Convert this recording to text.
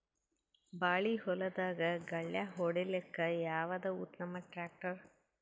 ಬಾಳಿ ಹೊಲದಾಗ ಗಳ್ಯಾ ಹೊಡಿಲಾಕ್ಕ ಯಾವದ ಉತ್ತಮ ಟ್ಯಾಕ್ಟರ್?